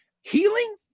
Healing